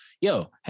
yo